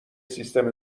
سیستم